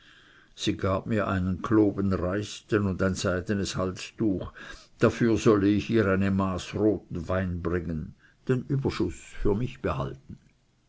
sie gab mir einen kloben reisten und ein seidenes halstuch dafür solle ich ihr eine maß roten wein bringen den überschuß für mich behalten